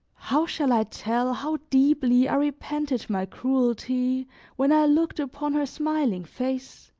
how shall i tell how deeply i repented my cruelty when i looked upon her smiling face,